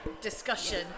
discussion